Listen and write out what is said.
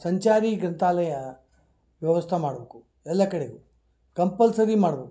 ಸಂಚಾರಿ ಗ್ರಂಥಾಲಯ ವ್ಯವಸ್ಥೆ ಮಾಡ್ಬೇಕು ಎಲ್ಲ ಕಡೆಗೂ ಕಂಪಲ್ಸರಿ ಮಾಡ್ಬೇಕು